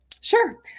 Sure